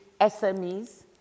SMEs